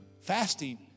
Fasting